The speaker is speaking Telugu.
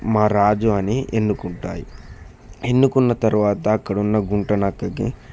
మా రాజు అని ఎన్నుకుంటాయి ఎన్నుకున్న తరువాత అక్కడ ఉన్న గుంటనక్కకి